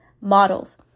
models